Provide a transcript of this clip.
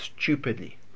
stupidly